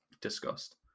discussed